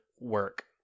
work